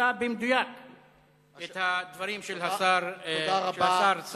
שציטטה במדויק את הדברים של השר סער.